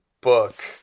book